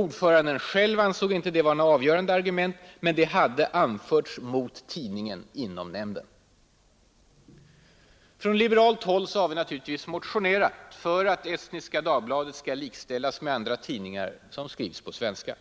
Ordföranden själv ansåg inte att det var något avgörande argument, men det hade anförts mot tidningen inom stödjande ändamål Från liberalt håll har vi naturligtvis motionerat för att Estniska Dagbladet skall likställas med andra tidningar som skrivs på svenska.